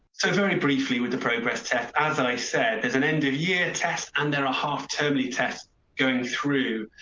so very briefly, with the progress test, as i said as an end of year test and there are half totally test going through.